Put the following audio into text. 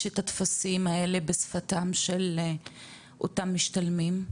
את הטפסים האלה בשפתם של אותם משתלמים?